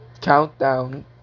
Countdown